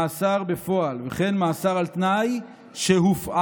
מאסר בפועל וכן מאסר על תנאי שהופעל.